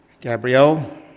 Gabrielle